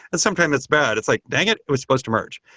and sometimes it's bad. it's like, dang it! it was supposed to merge.